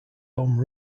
home